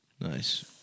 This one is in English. Nice